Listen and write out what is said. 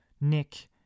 Nick